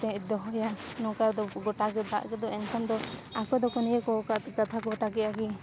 ᱫᱚᱦᱚᱭᱟ ᱱᱚᱝᱠᱟ ᱫᱚ ᱜᱚᱴᱟ ᱜᱮ ᱫᱟᱜ ᱜᱮᱫᱚ ᱮᱱᱠᱷᱟᱱ ᱫᱚ ᱟᱠᱚ ᱫᱚᱠᱚ ᱱᱤᱭᱟᱹ ᱠᱚ ᱠᱟᱫ ᱠᱟᱛᱷᱟ ᱠᱚ ᱜᱚᱴᱟ ᱠᱮᱜᱼᱟ ᱠᱤ